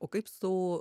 o kaip su